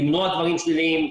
למנוע דברים שליליים.